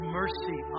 mercy